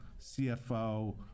CFO –